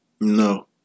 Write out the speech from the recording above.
No